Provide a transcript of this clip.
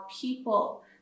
people